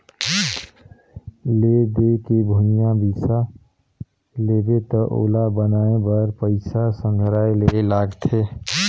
ले दे के भूंइया बिसा लेबे त ओला बनवाए बर पइसा संघराये ले लागथे